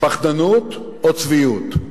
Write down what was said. פחדנות או צביעות.